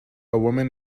woman